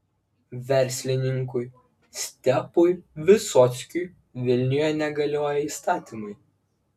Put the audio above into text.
verslininkui stepui visockiui vilniuje negalioja įstatymai